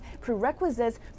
prerequisites